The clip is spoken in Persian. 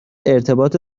ارتباط